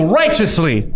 righteously